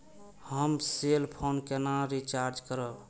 हम cell phone केना recharge करब?